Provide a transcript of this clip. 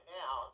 now